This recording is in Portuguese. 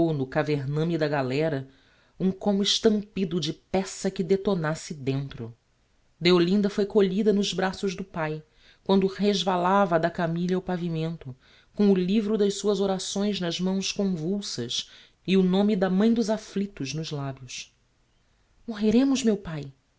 no cavername da galera um como estampido de peça que detonasse dentro deolinda foi colhida nos braços do pai quando resvalava da camilha ao pavimento com o livro das suas orações nas mãos convulsas e o nome da mãi dos afflictos nos labios morreremos meu pai